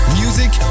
music